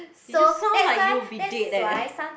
you just sound like you'll be dead there